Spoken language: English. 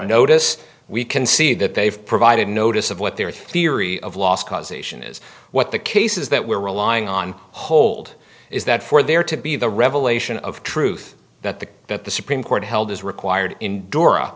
notice we can see that they've provided notice of what their theory of last causation is what the case is that we're relying on hold is that for there to be the revelation of truth that the that the supreme court held as required in dura